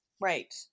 Right